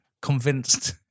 convinced